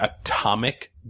atomic